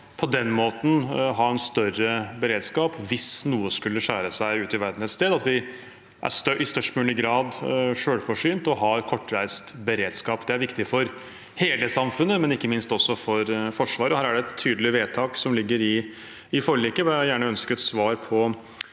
på den måten ha en større beredskap hvis noe skulle skjære seg ute i verden et sted – at vi i størst mulig grad er selvforsynt og har kortreist beredskap. Det er viktig for hele samfunnet, men ikke minst for Forsvaret, og her er det et tydelig vedtak som ligger i forliket. Jeg ønsker et svar på